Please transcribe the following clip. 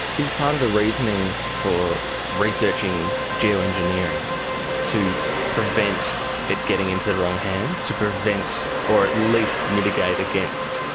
is part of the reasoning for researching geo-engineering to prevent it getting into the wrong hands, to prevent or at least mitigate against,